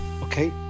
Okay